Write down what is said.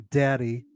daddy